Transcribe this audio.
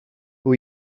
who